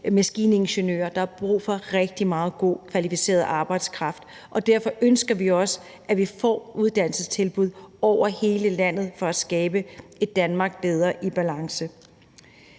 der er brug for rigtig meget god og kvalificeret arbejdskraft. Og derfor ønsker vi også, at vi får uddannelsestilbud over hele landet for at skabe et Danmark i bedre balance.